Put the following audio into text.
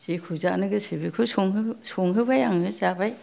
जेखौ जानो गोसो बेखौ संहो संहोबाय आङो जाबाय